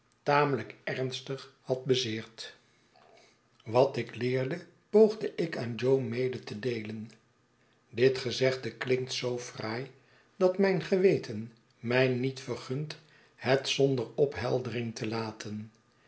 tamelijk ernstig had bezeerd wat ik leerde poogde ik aan jo mede te deelen dit gezegde klinkt zoo fraai dat mijir geweten mij niet vergunt het zonder opheldering te laten